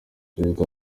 perezida